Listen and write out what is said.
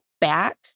back